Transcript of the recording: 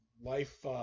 Life